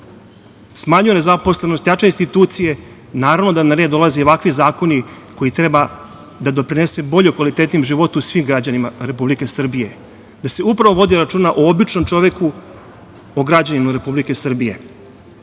smanjuje nezaposlenost, jača institucije, naravno na red dolaze i ovakvi zakoni koji treba da doprinesu boljem i kvalitetnijem životu svih građana Republike Srbije, da se upravo vodi računa o običnom čoveku, o građaninu Republike Srbije. Ovo